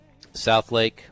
Southlake